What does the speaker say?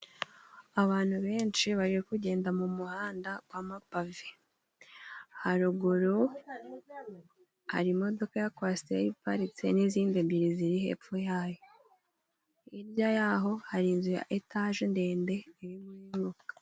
Abantu benshi bari kugenda mu muhanda wa mapave haruguru hari imodoka ya kwasiteri iparitse n'izindi ebyiri ziri hepfo yayo, hirya yaho hari inzu ya etaje ndende irimo kubakwa.